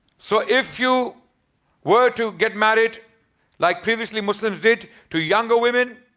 so if you were to get married like previously muslims did to younger women,